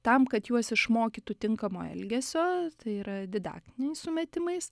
tam kad juos išmokytų tinkamo elgesio tai yra didaktiniais sumetimais